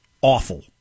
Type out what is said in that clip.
awful